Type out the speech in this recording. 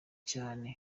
cyane